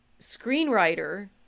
screenwriter